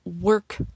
work